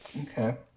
Okay